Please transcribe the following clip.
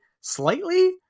slightly